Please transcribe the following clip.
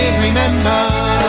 remember